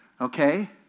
Okay